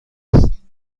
است